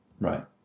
Right